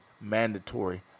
mandatory